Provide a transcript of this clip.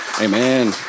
Amen